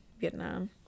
Vietnam